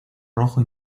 rojo